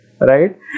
right